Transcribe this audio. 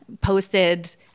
posted